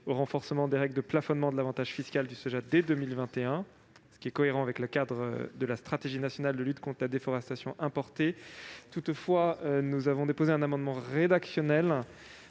au renforcement des règles de plafonnement de l'avantage fiscal du soja dès 2021. Cela s'inscrit dans le cadre de la stratégie nationale de lutte contre la déforestation importée. Nous avons déposé un sous-amendement rédactionnel